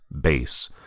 Base